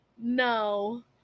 No